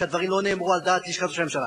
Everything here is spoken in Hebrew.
שהדברים לא נאמרו על דעת לשכת ראש הממשלה,